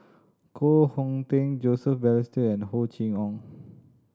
Koh Hong Teng Joseph Balestier and Hor Chim Or